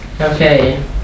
Okay